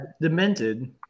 demented